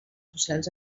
socials